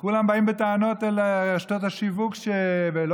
כולם באים בטענות אל רשתות השיווק ואל